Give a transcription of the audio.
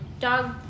dog